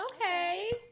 Okay